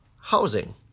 housing